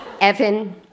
Evan